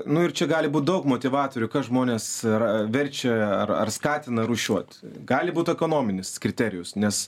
nu ir čia gali būti daug motyvatorių kad žmonės yra verčia ar skatina rūšiuot gali būt ekonominis kriterijus nes